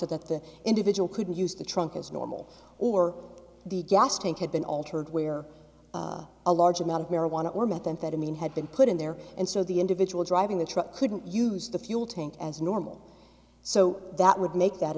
that the individual couldn't use the trunk as normal or the gas tank had been altered where a large amount of marijuana or methamphetamine had been put in there and so the individual driving the truck couldn't use the fuel tank as normal so that would make that